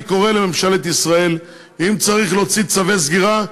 אני קורא לממשלת ישראל: אם צריך להוציא צווי סגירה,